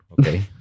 Okay